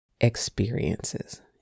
experiences